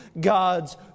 God's